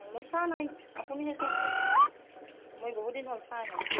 মই চোৱা নাই আপুনিহে চাইছে মই বহু দিন হ'ল চোৱাই নাই